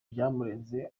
byamurenze